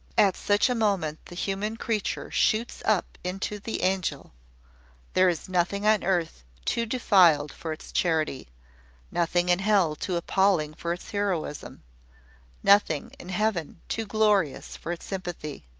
at such a moment the human creature shoots up into the angel there is nothing on earth too defiled for its charity nothing in hell too appalling for its heroism nothing in heaven too glorious for its sympathy.